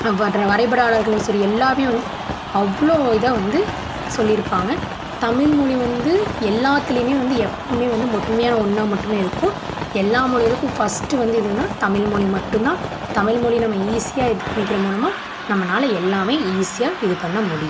அப்புறம் வரைபடாளர்களும் சரி எல்லாமே வந்து அவ்வளோ இதாகவந்து சொல்லியிருப்பாங்க தமிழ்மொழி வந்து எல்லாத்துலேயுமே வந்து எப்போவுமே வந்து முதன்மையாக ஒன்றா மட்டுமே இருக்கும் எல்லா மொழிகளுக்கும் ஃபஸ்ட்டு வந்து எதுனால் தமிழ்மொழி மட்டும்தான் தமிழ்மொழி நம்ம ஈசியாக இது பண்ணிக்கிற மூலமாக நம்மளால எல்லாமே ஈசியாக இது பண்ணமுடியும்